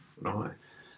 nice